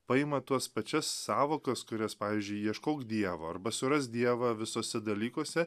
paima tuos pačias sąvokas kurias pavyzdžiui ieškok dievo arba suras dievą visuose dalykuose